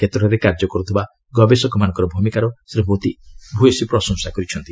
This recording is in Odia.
କ୍ଷେତ୍ରରେ କାର୍ଯ୍ୟ କରୁଥିବା ଗବେଷକମାନଙ୍କ ଭୂମିକାର ଶ୍ରୀ ମୋଦି ଭୟସୀ ପ୍ରଶଂସା କରିଛନ୍ତି